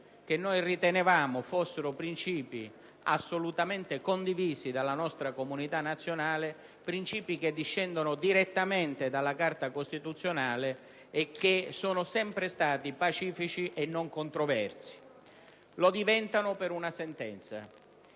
che si riteneva fossero assolutamente condivisi dalla nostra comunità nazionale, che discendono direttamente dalla Carta costituzionale e che sono sempre stati pacifici e non controversi. Poiché lo sono diventati